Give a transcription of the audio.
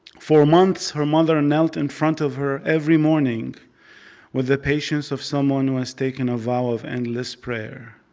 for months her mother and knelt in and front of her every morning with the patience of someone who has taken a vow of endless prayer.